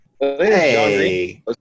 Hey